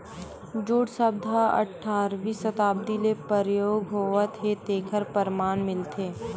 jute सब्द ह अठारवी सताब्दी ले परयोग होवत हे तेखर परमान मिलथे